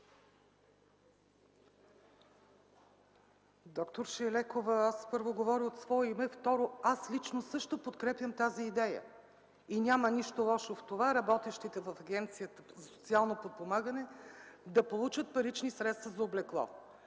Доктор Шайлекова, говоря от свое име – първо. Второ, лично аз също подкрепям тази идея – няма нищо лошо работещите в Агенцията за социално подпомагане да получат парични средства за облекло.